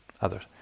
others